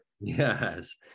Yes